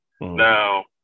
Now